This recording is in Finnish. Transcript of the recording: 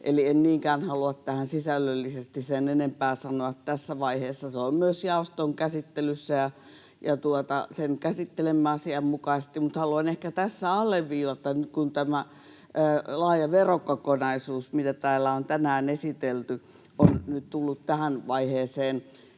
eli en niinkään halua tähän sisällöllisesti sen enempää sanoa tässä vaiheessa. Se on myös jaoston käsittelyssä, ja sen käsittelemme asianmukaisesti. Haluan ehkä tässä alleviivata, kun tämä laaja verokokonaisuus, mitä täällä on tänään esitelty, on nyt tullut tähän vaiheeseen,